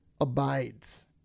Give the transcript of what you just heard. abides